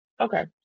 okay